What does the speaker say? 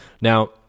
Now